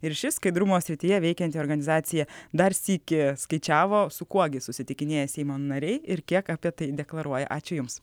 ir ši skaidrumo srityje veikianti organizacija dar sykį skaičiavo su kuo gi susitikinėja seimo nariai ir kiek apie tai deklaruoja ačiū jums